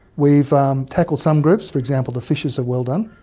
we've um tackled some groups, for example the fishes are well done,